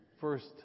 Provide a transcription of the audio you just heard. first